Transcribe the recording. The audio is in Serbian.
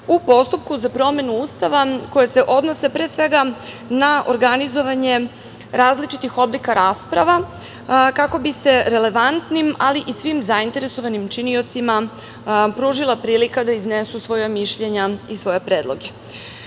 u postupku za promenu Ustava koje se odnose pre svega na organizovanje različitih oblika rasprava, kako bi se relevantnim, ali i svim zainteresovanim činiocima pružila prilika da iznesu svoja mišljenja i svoje